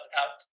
out